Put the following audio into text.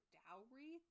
dowry